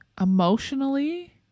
emotionally